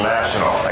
National